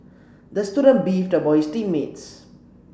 the student beefed about his team mates